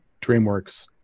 DreamWorks